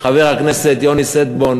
חבר הכנסת יוני שטבון,